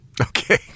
Okay